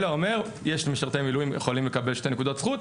אלא אומר: יש משרתי מילואים שיכולים לקבל שתי נקודות זכות,